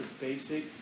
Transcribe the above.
basic